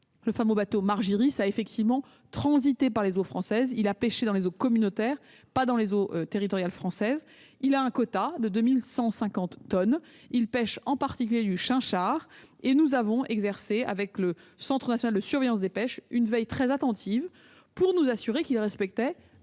le fameux bateau a effectivement transité par les eaux territoriales françaises ; il a pêché dans les eaux communautaires, pas dans les eaux françaises. Il a un quota, de 2 150 tonnes ; il pêche en particulier du chinchard, et nous avons exercé, avec le Centre national de surveillance des pêches, une veille très attentive pour nous assurer qu'il respectait